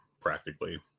Practically